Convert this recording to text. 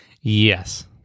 Yes